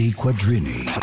quadrini